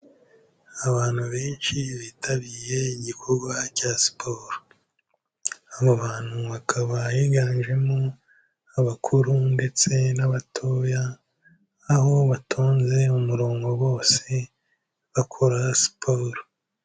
Abantu benshi bitabiriye igikorwa cya siporo. Aba bantu hakaba higanjemo abakuru ndetse n'abatoya, aho batonze umurongo bose bakora siporo.